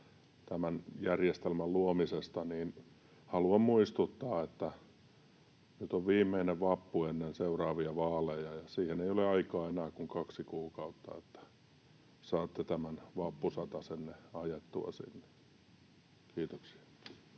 tämän järjestelmän luomisesta, niin haluan muistuttaa, että nyt on viimeinen vappu ennen seuraavia vaaleja ja siihen ei ole aikaa enää kuin kaksi kuukautta, että saatte tämän vappusatasenne ajettua sinne. — Kiitoksia.